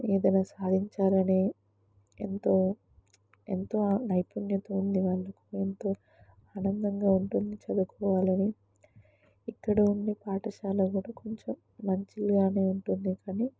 ఏదైనా సాధించాలని ఎంతో ఎంతో నైపుణ్యత ఉంది వాళ్ళకు ఎంతో ఆనందంగా ఉంటుంది చదువుకోవాలి అని ఇక్కడ ఉండే పాఠశాల కూడా కొంచెం మంచిగా ఉంటుంది కానీ